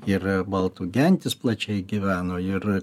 ir baltų gentys plačiai gyveno ir